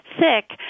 sick